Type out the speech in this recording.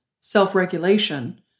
self-regulation